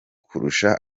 kurusha